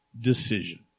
decision